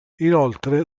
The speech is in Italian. inoltre